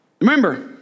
Remember